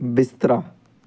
ਬਿਸਤਰਾ